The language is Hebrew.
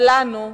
אבל לנו אסור.